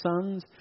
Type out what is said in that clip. sons